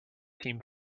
team